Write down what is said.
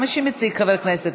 גם מי שמציג, חבר כנסת,